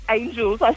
angels